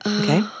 Okay